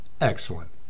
Excellent